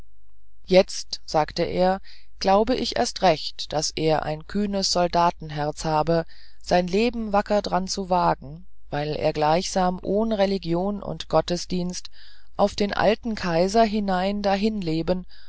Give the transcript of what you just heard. jetzt sagte er glaube ich erst recht daß er ein kühnes soldatenherz habe sein leben wacker dran zu wagen weil er gleichsam ohn religion und gottesdienst auf den alten kaiser hinein